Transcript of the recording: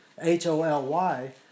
H-O-L-Y